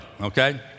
okay